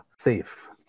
SAFE